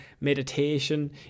meditation